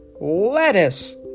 lettuce